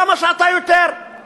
כמה שאתה רוצה.